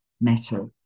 metal